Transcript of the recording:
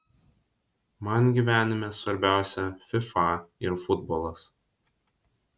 man gyvenime svarbiausia fifa ir futbolas